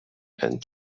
and